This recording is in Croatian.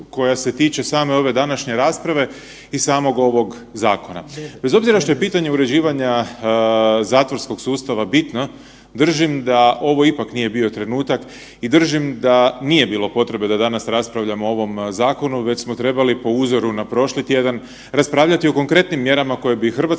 koja se tiče same ove današnje rasprave i samog ovog zakona. Bez obzira što je pitanje uređivanja zatvorskog sustava bitno, držim da ovo ipak nije bio trenutak i držim da nije bilo potrebe da danas raspravljamo o ovom zakonu, već smo trebali po uzoru na prošli tjedan, raspravljati o konkretnim mjerama koje bi hrvatskim